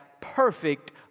perfect